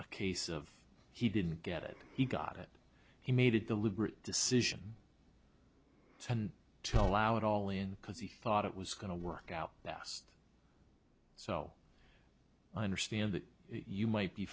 a case of he didn't get it he got it he made it deliberate decision to allow it all in because he thought it was going to work out best so i understand that you might be